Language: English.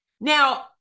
Now